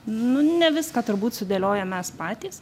nu ne viską turbūt sudėliojam mes patys